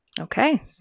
Okay